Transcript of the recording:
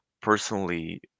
Personally